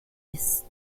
ist